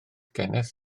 geneth